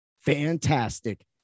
fantastic